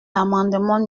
l’amendement